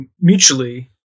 mutually